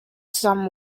some